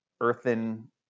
earthen